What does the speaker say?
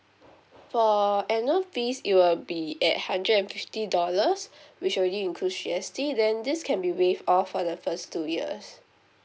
for annual fees it will be eight hundred and fifty dollars which already include G_S_T then this can be waived off for the first two years